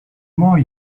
more